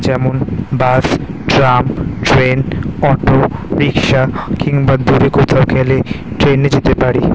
যেমন bus tram train auto rickshaw কিংবা দূরে কোথাও গেলে ট্রেনে যেতে পারি